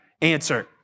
answer